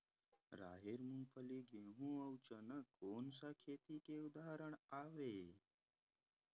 राहेर, मूंगफली, गेहूं, अउ चना कोन सा खेती के उदाहरण आवे?